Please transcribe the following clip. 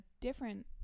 different